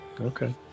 Okay